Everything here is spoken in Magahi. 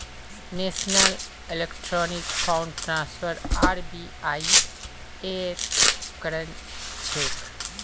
national electronic fund transfer RBI ऐर उपक्रम छेक